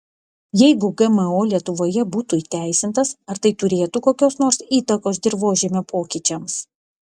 jeigu gmo lietuvoje būtų įteisintas ar tai turėtų kokios nors įtakos dirvožemio pokyčiams